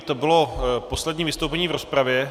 To bylo poslední vystoupení v rozpravě.